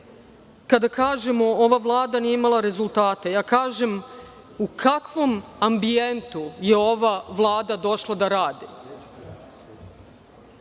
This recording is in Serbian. kada kažemo da ova Vlada nije imala rezultate, kažem u kakvom ambijentu je ova Vlada došla da radi.